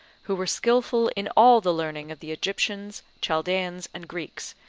who were skilful in all the learning of the egyptians, chaldeans, and greeks,